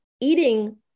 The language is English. eating